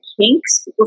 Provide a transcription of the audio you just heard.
kinks